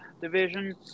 division